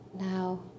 Now